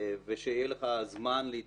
ושיהיה לך זמן להתכונן,